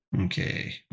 Okay